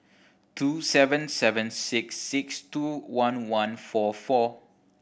two seven seven six six two one one four four